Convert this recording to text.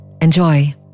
Enjoy